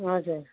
हजुर